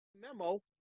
Memo